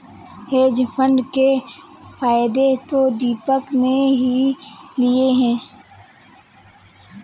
hedge fund के फायदे तो दीपक ने ही लिए है